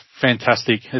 fantastic